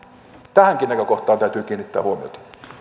tähänkin näkökohtaan täytyy kiinnittää huomiota